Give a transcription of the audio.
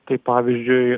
kaip pavyzdžiui